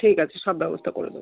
ঠিক আছে সব ব্যবস্থা করে দেবো